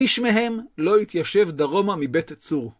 איש מהם לא התיישב דרומה מבית הצור.